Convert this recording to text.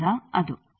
ಆದ್ದರಿಂದ ಅದು